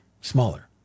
smaller